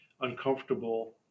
uncomfortable